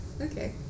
Okay